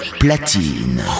platine